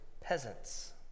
peasants